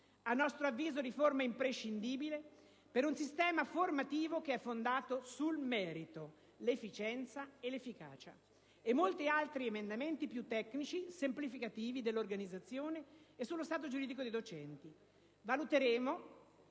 (a nostro avviso, riforma imprescindibile per un sistema formativo che è fondato sul merito, l'efficienza e l'efficacia) e molti altri emendamenti più tecnici e semplificativi dell'organizzazione ed altri sullo stato giuridico dei docenti. Valuteremo